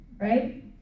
Right